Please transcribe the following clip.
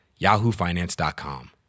yahoofinance.com